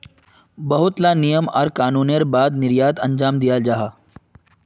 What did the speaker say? बहुत ला नियम आर कानूनेर बाद निर्यात अंजाम दियाल जाहा